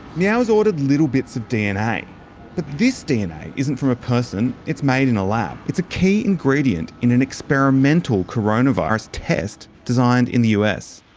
meow has ordered little bits of dna. but this dna isn't from a person, it's made in a lab. it's a key ingredient in an experimental coronavirus test designed in the us.